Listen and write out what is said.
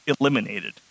eliminated